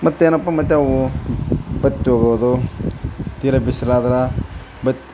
ಮತ್ತೇನಪ್ಪ ಮತ್ತೆ ಅವು ಬತ್ತಿ ಹೋಗೋದು ತೀರ ಬಿಸ್ಲು ಆದ್ರೆ ಬತ್ತಿ